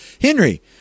Henry